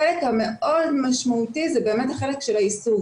החלק המאוד משמעותי זה באמת החלק של היישוג.